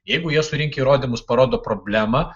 jeigu jie surinkę įrodymus parodo problemą